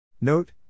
Note